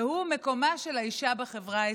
והוא מקומה של האישה בחברה הישראלית.